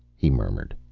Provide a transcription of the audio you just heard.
he murmured.